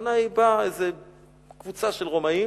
הכוונה היא שבאה קבוצה של רומאים